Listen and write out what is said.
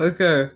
Okay